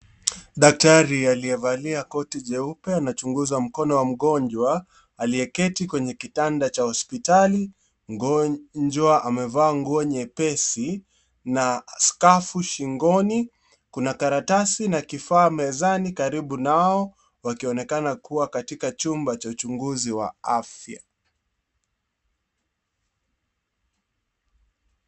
Daktari aliyevalia koti jeupe anamchunguza mkono wa mgonjwa aliyeketi kwenye kitanda cha hospitali. Mgonjwa amevaa nguo nyepesi na skafu shingoni. Kuna karatasi na kifaa mezani karibu nao wakionekana kuwa katika chumba cha uchunguzi wa afya.